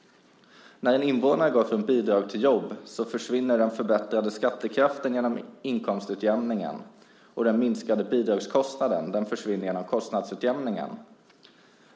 När en invånare går från bidrag till jobb försvinner den förbättrade skattekraften genom inkomstutjämningen, och den minskade bidragskostnaden försvinner genom kostnadsutjämningen.